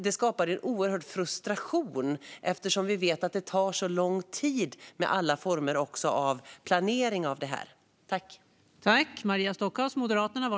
Det skapade en oerhörd frustration, för vi vet att det tar väldigt lång tid med alla former av planering av detta.